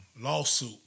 lawsuit